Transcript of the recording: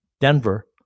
Denver